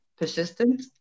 persistent